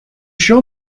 show